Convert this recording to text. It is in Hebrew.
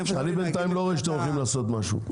כי אני בינתיים לא רואה שאתם הולכים לעשות משהו.